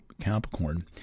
Capricorn